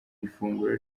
ifunguro